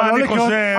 ברוך הנמצא.